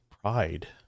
pride